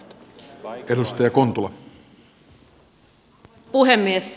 arvoisa puhemies